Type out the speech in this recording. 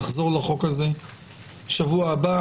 נחזור לחוק הזה שבוע הבא.